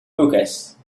hookahs